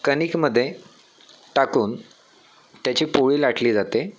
कणिकमध्ये टाकून त्याची पोळी लाटली जाते